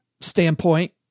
standpoint